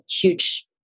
huge